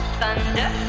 thunder